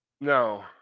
No